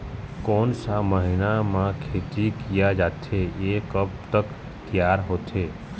कोन सा महीना मा खेती किया जाथे ये कब तक तियार होथे?